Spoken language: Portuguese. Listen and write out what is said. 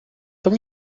tão